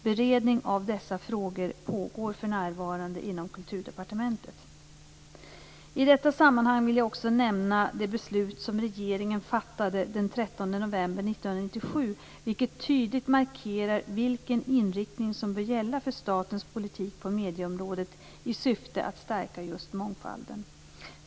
Beredning av dessa frågor pågår för närvarande inom Kulturdepartementet. I detta sammanhang vill jag också nämna det beslut som regeringen fattade den 13 november 1997, vilket tydligt markerar vilken inriktning som bör gälla för statens politik på medieområdet i syfte att stärka just mångfalden.